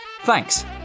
Thanks